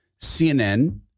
CNN